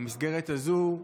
במסגרת הזו,